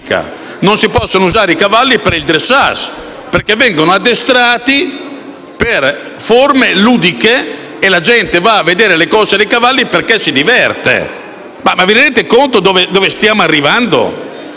non si possono usare i cavalli per l'ippica o per il *dressage*, perché vengono addestrati per attività ludiche e la gente va a vedere le corse dei cavalli perché si diverte. Ma vi rendete conto di dove stiamo arrivando?